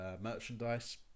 merchandise